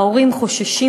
ההורים חוששים,